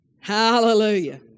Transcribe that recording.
Hallelujah